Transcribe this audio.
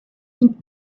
think